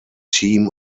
team